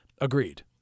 Agreed